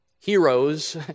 Heroes